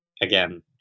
again